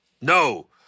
No